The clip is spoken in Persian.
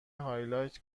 هایلایت